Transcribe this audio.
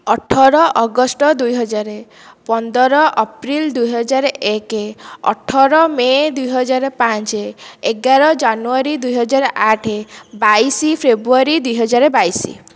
ଅଠର ଅଗଷ୍ଟ ଦୁଇହଜାର ପନ୍ଦର ଅପ୍ରିଲ୍ ଦୁଇହଜାର ଏକ ଅଠର ମେ' ଦୁଇହଜାର ପାଞ୍ଚ ଏଗାର ଜାନୁଆରୀ ଦୁଇହଜାର ଆଠ ବାଇଶ ଫେବ୍ରୁଆରୀ ଦୁଇହଜାର ବାଇଶ